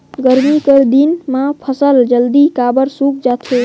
गरमी कर दिन म फसल जल्दी काबर सूख जाथे?